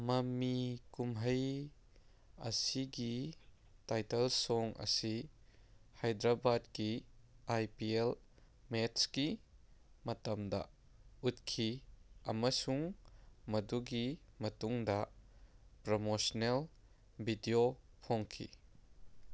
ꯃꯃꯤ ꯀꯨꯝꯍꯩ ꯑꯁꯤꯒꯤ ꯇꯥꯏꯇꯜ ꯁꯣꯡ ꯑꯁꯤ ꯍꯥꯏꯗꯔꯕꯥꯠꯀꯤ ꯑꯥꯏ ꯄꯤ ꯑꯦꯜ ꯃꯦꯠꯁꯀꯤ ꯃꯇꯝꯗ ꯎꯠꯈꯤ ꯑꯃꯁꯨꯡ ꯃꯗꯨꯒꯤ ꯃꯇꯨꯡꯗ ꯄ꯭ꯔꯃꯣꯁꯅꯦꯜ ꯚꯤꯗꯤꯑꯣ ꯐꯣꯡꯈꯤ